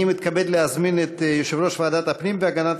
אני מתכבד להזמין את יושב-ראש ועדת הפנים והגנת